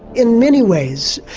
in many ways,